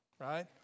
right